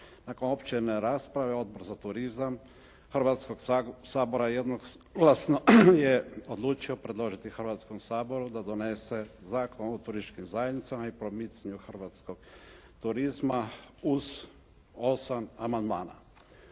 Nakon uopćene rasprave Odbor za turizam Hrvatskog sabora jednoglasno je odlučio predložiti Hrvatskom saboru da donese Zakon o turističkim zajednicama i promicanju hrvatskog turizma uz 8 amandmana.